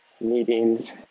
meetings